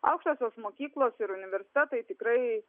aukštosios mokyklos ir universitetai tikrai